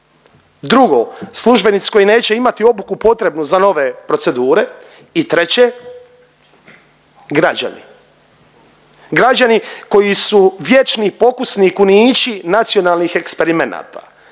drugo, službenici koji neće imati obuku potrebnu za nove procedure i treće, građani. Građani koji su vječni pokusni kunići nacionalnih eksperimenata.